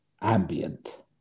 ambient